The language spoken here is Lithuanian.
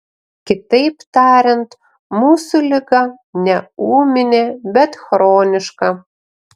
kitaip tariant mūsų liga ne ūminė bet chroniška